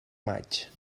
maig